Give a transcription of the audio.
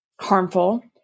harmful